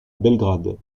belgrade